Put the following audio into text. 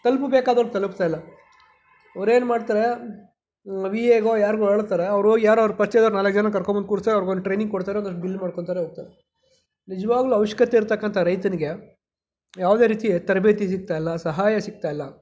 ತಲುಪಬೇಕಾದವ್ರಿಗೆ ತಲುಪ್ತಾಯಿಲ್ಲ ಅವ್ರೇನು ಮಾಡ್ತಾರೆ ವಿ ಎಗೋ ಯಾರಿಗೋ ಹೇಳ್ತಾರೆ ಅವ್ರೋಗಿ ಯಾರೋ ಅವ್ರು ಪರಿಚಯದವ್ರು ನಾಲ್ಕು ಜನನ ಕರ್ಕೊಂಡ್ಬಂದು ಕೂರಿಸಿ ಅವರಿಗೊಂದು ಟ್ರೈನಿಂಗ್ ಕೊಡ್ತಾರೆ ಒಂದಷ್ಟು ಬಿಲ್ ಬರ್ಕೋತಾರೆ ಹೋಗ್ತಾರೆ ನಿಜವಾಗ್ಲೂ ಅವಶ್ಯಕತೆ ಇರ್ತಕ್ಕಂಥ ರೈತನಿಗೆ ಯಾವುದೇ ರೀತಿ ತರಬೇತಿ ಸಿಗ್ತಾಯಿಲ್ಲ ಸಹಾಯ ಸಿಗ್ತಾಯಿಲ್ಲ